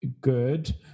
good